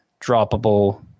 droppable